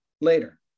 later